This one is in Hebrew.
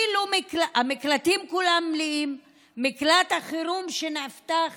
המקלטים כולם מלאים, ומקלט החירום שנפתח